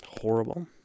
horrible